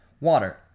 Water